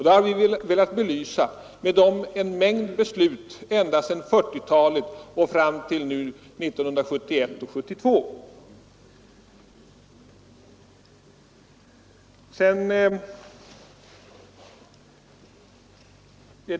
Det har vi velat belysa med en mängd beslut från 1940-talet fram till 1971 och 1972.